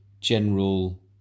general